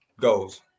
goals